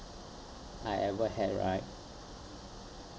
I ever had right